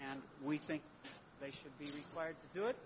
and we think they should be required to do it